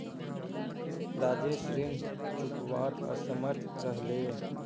राजेश ऋण चुकव्वात असमर्थ रह ले